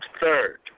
Third